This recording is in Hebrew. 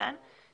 התחייבה.